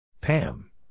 Pam